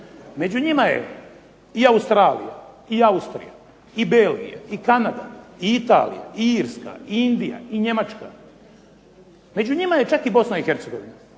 Među njima je i Australija, i Austrija, Belgija, Kanada, Italija, Irska, Njemačka, Indija, među njima je čak i Bosna i Hercegovina.